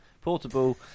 portable